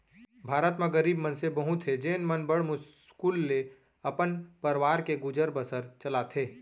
भारत म गरीब मनसे बहुत हें जेन मन बड़ मुस्कुल ले अपन परवार के गुजर बसर चलाथें